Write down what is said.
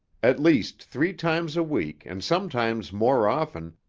at least three times a week and sometimes more often,